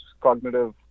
cognitive